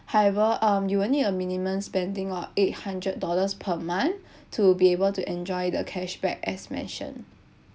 however um you will need a minimum spending lah eight hundred dollars per month to be able to enjoy the cashback as mentioned